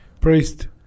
Priest